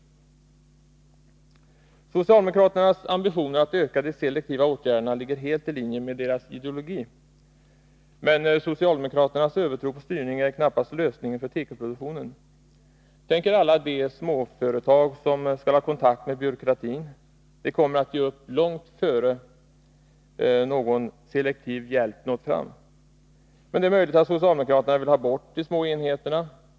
Socialdemokraternas ambitioner att öka de selektiva åtgärderna ligger helt i linje med deras ideologi. Men socialdemokraternas övertro på styrning är knappast lösningen för tekoproduktionen. Tänk er alla de småföretag som skall ha kontakt med byråkratin! De kommer att ge upp långt innan någon selektiv hjälp nått fram. Men det är möjligt att socialdemokraterna vill ha bort de små enheterna.